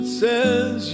says